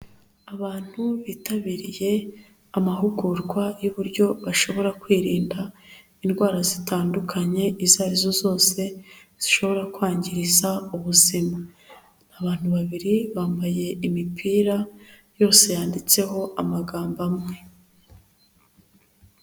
Abantu bitabiriye amahugurwa y'uburyo bashobora kwirinda indwara zitandukanye izo arizo zose, zishobora kwangiza ubuzima, abantu babiri bambaye imipira yose yanditseho amagambo amwe.